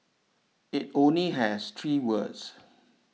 it only has three words